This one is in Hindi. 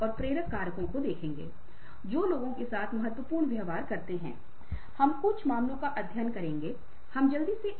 और इस व्यक्ति को अपने लक्ष की मजबूत ड्राइव है वे आशावादी हैं